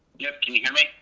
yep, can you hear me?